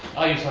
i